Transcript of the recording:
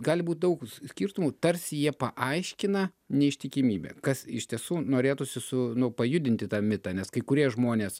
gali būt daug skirtumų tarsi jie paaiškina neištikimybę kas iš tiesų norėtųsi su nu pajudinti tą mitą nes kai kurie žmonės